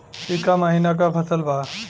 ई क महिना क फसल बा?